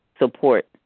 support